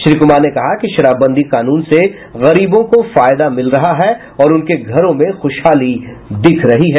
श्री कुमार ने कहा कि शराबबंदी कानून से गरीबों को फायदा मिल रहा है और उनके घरों में ख़ुशहाली दिख रही है